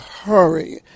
hurry